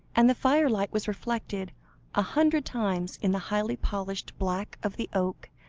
and the firelight was reflected a hundred times in the highly-polished black of the oak,